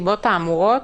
שבנסיבות האמורות,